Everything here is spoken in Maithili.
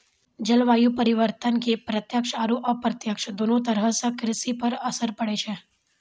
जलवायु परिवर्तन के प्रत्यक्ष आरो अप्रत्यक्ष दोनों तरह सॅ कृषि पर असर पड़ै छै